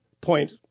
point